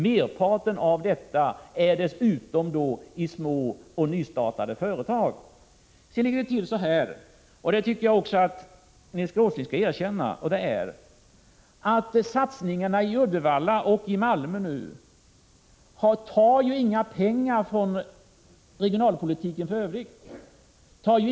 Dessutom gäller merparten av insatserna små och nystartade företag. Sedan vill jag säga att det ligger till så här — och det tycker jag att även Nils G. Åsling skall erkänna: När det gäller satsningarna i Uddevalla och Malmö tas inga pengar från regionalpolitiken i övrigt.